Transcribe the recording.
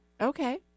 Okay